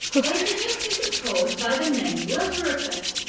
they suggest this is caused by the name-letter effect,